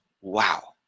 wow